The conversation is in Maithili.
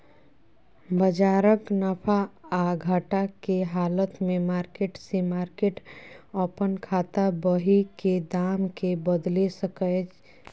बजारक नफा आ घटा के हालत में मार्केट से मार्केट अपन खाता बही के दाम के बदलि सकैए